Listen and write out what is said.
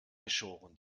geschoren